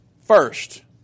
First